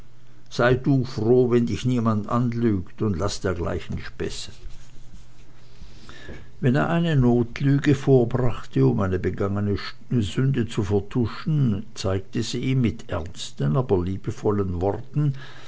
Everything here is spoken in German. sei du froh wenn dich niemand anlügt und laß dergleichen späße wenn er eine notlüge vorbrachte um eine begangene sünde zu vertuschen zeigte sie ihm mit ernsten aber liebevollen worten